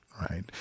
right